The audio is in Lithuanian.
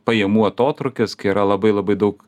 pajamų atotrūkis kai yra labai labai daug